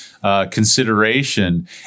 consideration